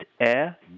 air